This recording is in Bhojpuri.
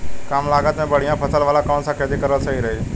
कमलागत मे बढ़िया फसल वाला कौन सा खेती करल सही रही?